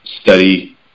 study